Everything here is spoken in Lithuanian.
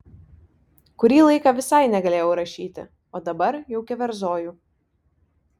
kurį laiką visai negalėjau rašyti o dabar jau keverzoju